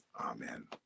Amen